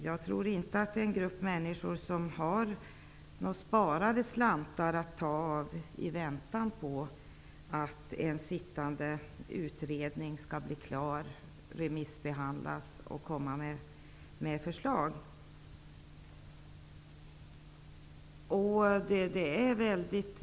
Jag tror inte att det handlar om en grupp människor som har sparade slantar att ta av i väntan på att sittande utredning blir klar och i väntan på remissbehandling och ett färdigt förslag.